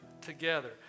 together